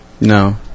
no